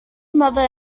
mother